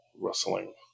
rustling